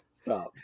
stop